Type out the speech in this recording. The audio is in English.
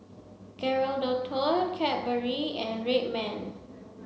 Geraldton Cadbury and Red Man